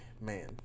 man